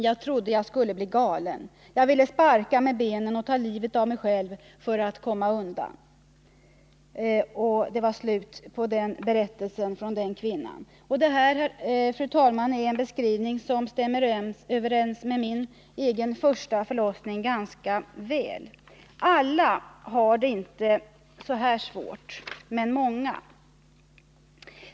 Jag trodde jag skulle bli galen, jag ville sparka med benen och ta livet av mig själv för att komma undan.” Det här, fru talman, är en beskrivning som ganska väl stämmer överens med min egen första förlossning. Alla har det inte så svårt, men många.